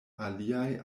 aliaj